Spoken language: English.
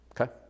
Okay